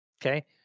Okay